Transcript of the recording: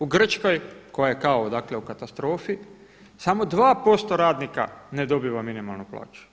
U Grčkoj koja je kao dakle u katastrofi samo 2% radnika ne dobiva minimalnu plaću.